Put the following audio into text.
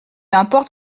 importe